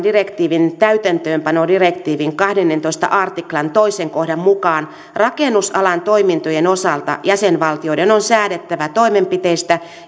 direktiivin täytäntöönpanodirektiivin kahdennentoista artiklan toisen kohdan mukaan rakennusalan toimintojen osalta jäsenvaltioiden on säädettävä toimenpiteistä